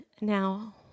now